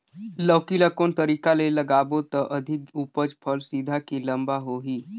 लौकी ल कौन तरीका ले लगाबो त अधिक उपज फल सीधा की लम्बा होही?